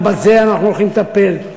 גם בזה אנחנו הולכים לטפל.